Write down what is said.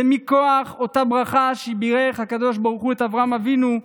זה מכוח אותה ברכה שבירך הקדוש ברוך הוא את אברהם אבינו,